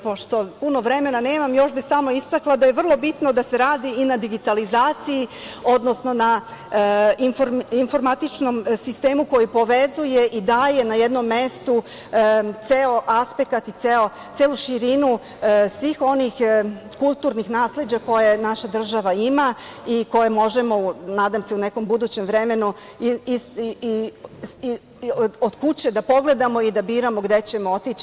Pošto puno vremena nemam, još bih samo istakla da je vrlo bitno da se radi i na digitalizaciji, odnosno na informatičnom sistemu koji povezuje i daje na jednom mestu ceo aspekat i celu širinu svih onih kulturnih nasleđa koje naša država ima i koje možemo, nadam se, u nekom budućem vremenu od kuće da pogledamo i da biramo gde ćemo otići.